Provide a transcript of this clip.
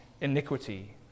iniquity